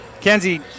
Kenzie